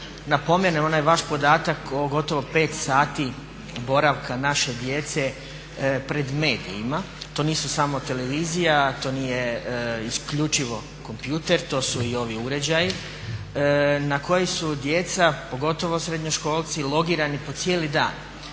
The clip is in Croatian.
napomenem onaj vaš podatak o gotovo pet sati boravka naše djece pred medijima. To nisu samo televizija, to nije isključivo kompjuter, to su i ovi uređaji na koji su djeca pogotovo srednjoškolci logirani po cijeli dan